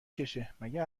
کشهمگه